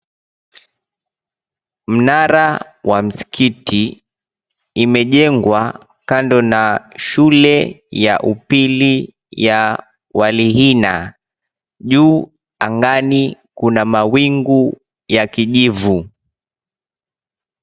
Mnara wa msikiti imejengwa kando na shule ya upili ya walihina. Juu angani kuna mawingu ya kijivu .